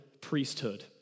priesthood